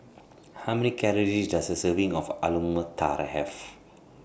How Many Calories Does A Serving of Alu Matar Have